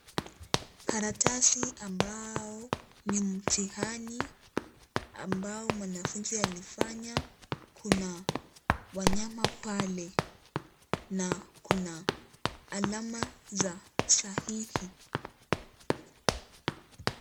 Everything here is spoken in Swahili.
Kalatasi ambao ni mtihani ambao mwanafunzi alifanya, kuna wanyama pale na kuna alama za sahihi.